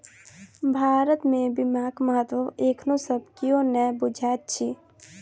भारत मे बीमाक महत्व एखनो सब कियो नै बुझैत अछि